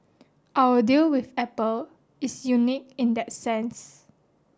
our deal with Apple is unique in that sense